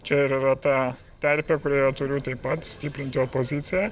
čia ir yra ta terpė kurioje turiu taip pat stiprinti opoziciją